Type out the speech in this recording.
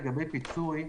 פיצוי,